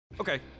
Okay